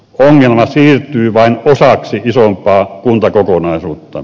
ongelma siirtyy vain osaksi isompaa kuntakokonaisuutta